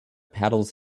paddles